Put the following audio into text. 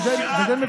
זה די מבייש.